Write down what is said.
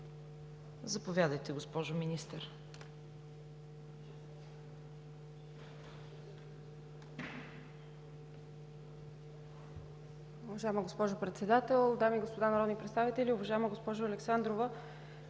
заповядайте, госпожо Министър.